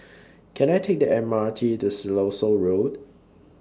Can I Take The M R T to Siloso Road